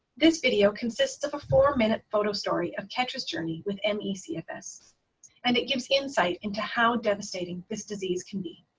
this video consists of a four minute photo story of ketra's journey with me cfs and it gives insight into how devastating this disease can be.